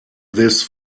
this